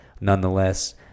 nonetheless